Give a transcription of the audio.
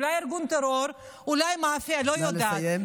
אולי ארגון טרור, אולי מאפיה, לא יודעת.